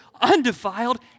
undefiled